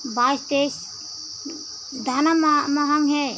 बाईस तेईस दाना मांगें